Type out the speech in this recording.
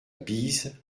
bise